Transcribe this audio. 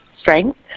strength